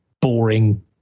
boring